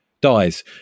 dies